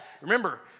Remember